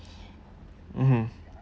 mmhmm